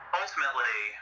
ultimately